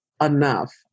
enough